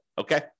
Okay